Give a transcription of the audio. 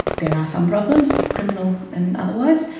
there are some problems, criminal and otherwise,